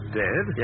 dead